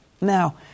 Now